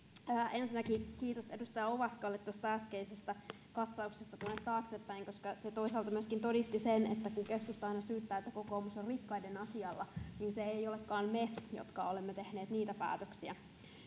ensinnäkin kiitos edustaja ovaskalle tuosta äskeisestä katsauksesta tuonne taaksepäin koska se toisaalta myöskin todisti sen että kun keskusta aina syyttää että kokoomus on rikkaiden asialla niin se emme olekaan me jotka olemme tehneet niitä päätöksiä